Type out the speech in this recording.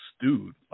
dude